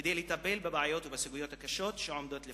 כדי לטפל בבעיות ובסוגיות הקשות שעומדות בפניהם.